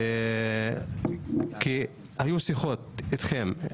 היו שיחות אתכם,